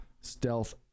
stealth